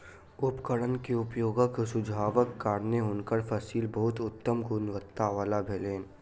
उपकरण के उपयोगक सुझावक कारणेँ हुनकर फसिल बहुत उत्तम गुणवत्ता वला भेलैन